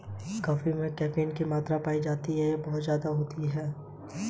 मूली ब्रैसिसेकी परिवार की मिट्टी के भीतर पैदा होने वाली एक सब्जी है